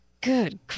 Good